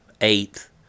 eighth